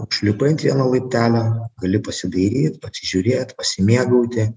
užlipai ant vieno laiptelio gali pasidairyt pasižiūrėt pasimėgauti